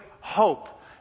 hope